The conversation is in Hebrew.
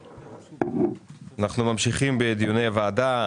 אנחנו ממשיכים בדיוני הוועדה.